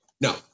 No